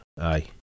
Aye